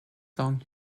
song